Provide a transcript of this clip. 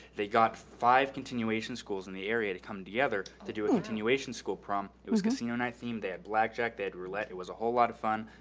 they got five continuation schools in the area to come together to do a continuation school prom. it was casino night themed. they had blackjack, they had roulette. it was a whole lotta fun.